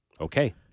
Okay